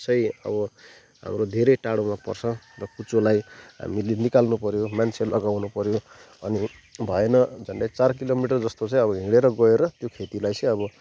चाहिँ अब हाम्रो धेरै टाढोमा पर्छ र कुचोलाई हामीले निकाल्नु पर्यो मान्छे लगाउनु पर्यो अनि भएन झन्डै चार किलोमिटर जस्तो चाहिँ हिँडेर गएर त्यो खेतीलाई चाहिँ अब